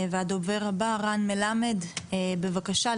רן מלמד, בבקשה.